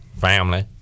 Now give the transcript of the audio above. family